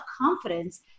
confidence